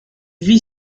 vit